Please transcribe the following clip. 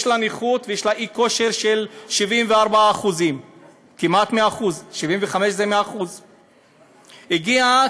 יש לה נכות ויש לה אי-כושר של 74% כמעט 100%; 75% זה 100%. היא הגיעה